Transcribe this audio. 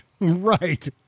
Right